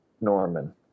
Norman